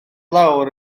lawr